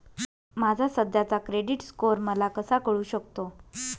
माझा सध्याचा credit score मला कसा कळू शकतो?